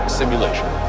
simulation